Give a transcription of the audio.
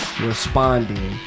responding